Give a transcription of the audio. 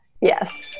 Yes